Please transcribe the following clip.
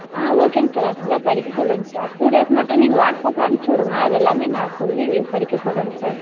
ஆ ஓகேங்க சார் அப்படி தான் படிக்க சொல்கிறேங்க சார் டூ டேஸ் மட்டும் நீங்கள் வாட்சப்பில் அனுப்பிச்சி விடுங்க அது எல்லாமே நான் சொல்லி படிக்க சொல்கிறேங்க சார்